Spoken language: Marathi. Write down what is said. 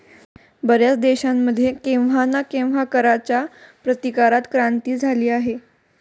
बर्याच देशांमध्ये केव्हा ना केव्हा कराच्या प्रतिकारात क्रांती झाली आहे